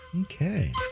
Okay